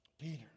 Peter